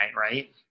right